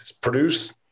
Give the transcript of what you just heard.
produce